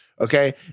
okay